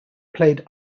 played